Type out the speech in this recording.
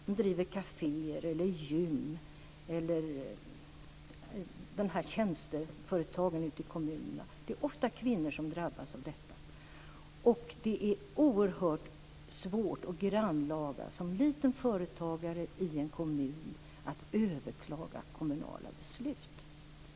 De driver kaféer, gym och andra tjänsteföretag i kommunerna. De drabbas ofta av detta. Det är oerhört svårt och grannlaga för en småföretagare i en kommun att överklaga kommunala beslut.